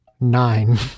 nine